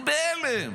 אני בהלם.